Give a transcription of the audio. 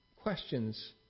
questions